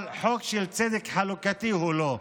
אבל חוק של צדק חלוקתי הוא לא.